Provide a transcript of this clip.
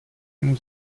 němu